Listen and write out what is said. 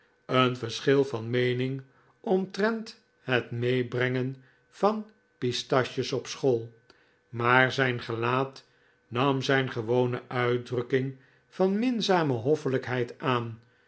een verschil van meening omtrent het meebrengen van pistaches op school maar zijn gelaat nam zijn gewone uitdrukking van minzame hoffelijkheid aan